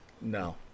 No